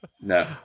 No